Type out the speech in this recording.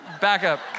backup